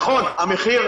נכון, המחיר,